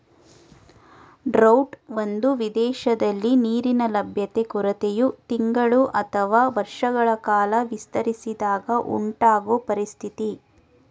drought ಒಂದು ಪ್ರದೇಶದಲ್ಲಿ ನೀರಿನ ಲಭ್ಯತೆ ಕೊರತೆಯು ತಿಂಗಳು ಅಥವಾ ವರ್ಷಗಳ ಕಾಲ ವಿಸ್ತರಿಸಿದಾಗ ಉಂಟಾಗೊ ಪರಿಸ್ಥಿತಿ